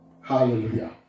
Hallelujah